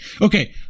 Okay